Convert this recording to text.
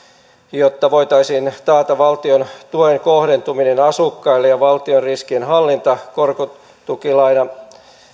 jotta voitaisiin taata valtion tuen kohdentuminen asukkaille ja valtion riskien hallinta korkotukilainan